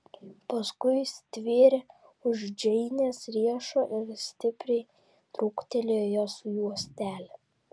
paskui stvėrė už džeinės riešo ir stipriai trūktelėjo jos juostelę